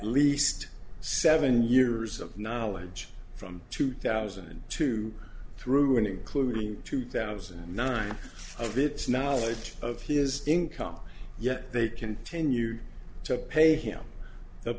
least seven years of knowledge from two thousand and two through an including two thousand and nine bit knowledge of his income yet they continue to pay him the